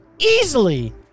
Easily